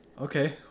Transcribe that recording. Okay